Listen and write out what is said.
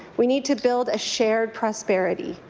we need to build a shared prosperity.